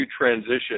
transition